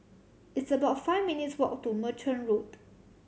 it's about five minutes' walk to Merchant Road